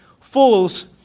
fools